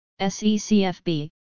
SECFB